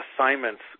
assignments